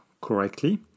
correctly